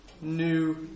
new